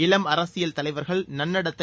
இளம் அரசியல் தலைவர்கள் நன்னடத்தை